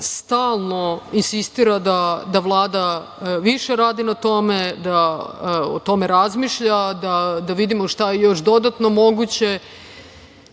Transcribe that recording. stalno insistira da Vlada više radi na tome, da o tome razmišlja, da vidimo šta je još dodatno moguće